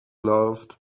loved